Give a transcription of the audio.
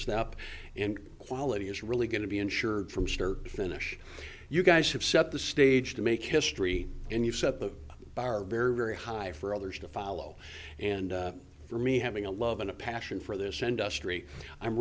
step and quality is really going to be ensured from start to finish you guys have set the stage to make history and you've set the bar very high for others to follow and for me having a love and a passion for this industry i'm